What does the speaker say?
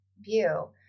view